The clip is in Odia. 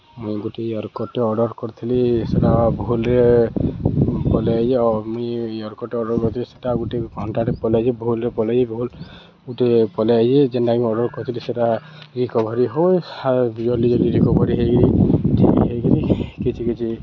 ମୁଇଁ ଗୁଟେ ଇୟର୍କଡ଼୍ଟେ ଅର୍ଡ଼ର୍ କରିଥିଲି ସେଟା ଭୁଲ୍ରେ ପଲେଇ ଆଇଛେ ମୁଇଁ ଇଅର୍କଡ଼୍ଟେ ଅର୍ଡ଼ର୍ କରିଥିଲି ସେଟା ଗୁଟେ ଘଣ୍ଟାରେ ପଲେଇ ଆଇଛେ ଭୁଲ୍ରେ ପଲେଇ ଭୁଲ୍ ଗୁଟେ ପଲେଇଆଇଛେ ଯେନ୍ଟାକି ମୁଇଁ ଅର୍ଡ଼ର୍ କରିଥିଲି ସେଟା ରିକଭରି ହୁଏ ଆଉ ଜଲ୍ଦି ଜଲ୍ଦି ରିକୋଭରି ହେଇକିରି ଠିକ୍ ହେଇକିରି କିଛି କିଛି